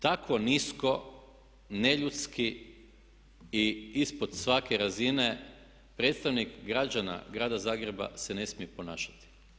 Tako nisko, neljudski i ispod svake razine predstavnik građana Grada Zagreba se ne smije ponašati.